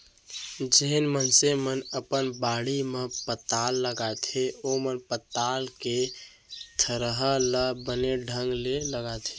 जेन मनसे मन अपन बाड़ी म पताल लगाथें ओमन पताल के थरहा ल बने ढंग ले लगाथें